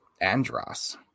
Andros